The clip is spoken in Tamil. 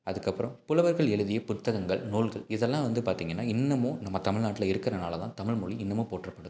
அதுக்கப்புறம் புலவர்கள் எழுதிய புத்தகங்கள் நூல்கள் இதெல்லாம் வந்து பார்த்தீங்கன்னா இன்னுமும் நம்ம தமிழ்நாட்ல இருக்கறதுனாலதான் தமிழ் மொழி இன்னுமும் போற்றப்படுது